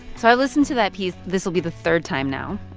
so i've listened to that piece this will be the third time now.